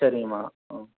சரிங்கம்மா ஆ